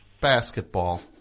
Basketball